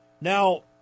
Now